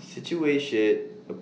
situated